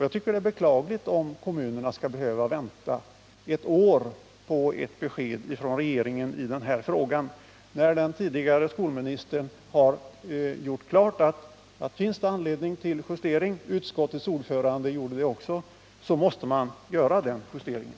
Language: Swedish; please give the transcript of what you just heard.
Jag tycker att det är beklagligt om kommunerna skall behöva vänta ett år på ett besked från regeringen i den här frågan, när den tidigare skolministern har 101 gjort klart — utskottets ordförande har också gjort det — att om det finns anledning till justering måste man göra den justeringen.